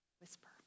Whisper